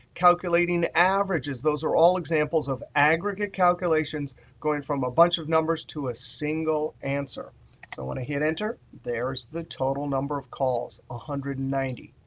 calculating averages, those are all examples of aggregate calculations going from a bunch of numbers to a single answer. so when i hit enter, there is the total number of calls, one ah hundred and ninety.